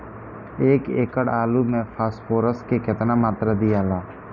एक एकड़ आलू मे फास्फोरस के केतना मात्रा दियाला?